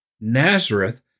Nazareth